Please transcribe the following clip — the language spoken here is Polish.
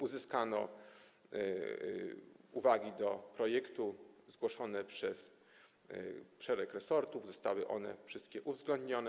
Uzyskano uwagi do projektu zgłoszone przez szereg resortów, zostały one wszystkie uwzględnione.